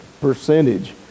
percentage